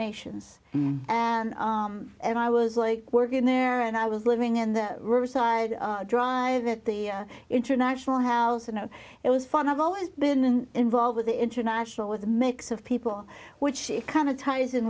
nations and and i was like we're going there and i was living in the riverside drive at the international house and it was fun i've always been involved with the international with a mix of people which kind of ties in